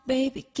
Baby